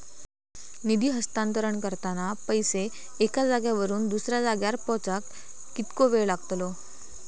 निधी हस्तांतरण करताना पैसे एक्या जाग्यावरून दुसऱ्या जाग्यार पोचाक कितको वेळ लागतलो?